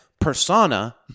persona